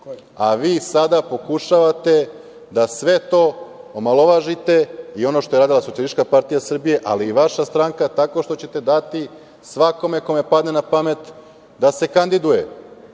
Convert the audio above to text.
a vi sada pokušavate da sve to omalovažite i ono što je uradila i SPS, ali i vaša stranka, tako što ćete dati svakome kome padne na pamet da se kandiduje.I